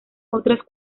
otras